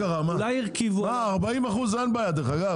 דרך אגב, עם 40% אין בעיה.